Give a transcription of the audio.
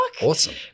Awesome